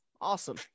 Awesome